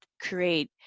create